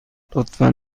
لطفا